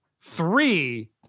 three